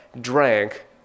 drank